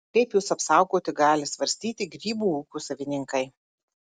kaip juos apsaugoti gali svarstyti grybų ūkių savininkai